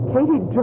Katie